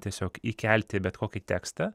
tiesiog įkelti bet kokį tekstą